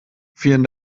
vielen